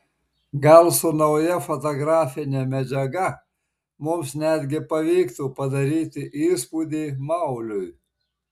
gal su nauja fotografine medžiaga mums netgi pavyktų padaryti įspūdį mauliui